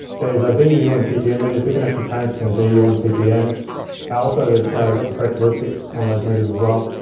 there's ah vu and ppm meters. we can actually change between vu and ppm. now also they got the correct ballistics on those meters as well.